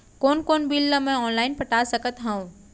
कोन कोन बिल ला मैं ऑनलाइन पटा सकत हव?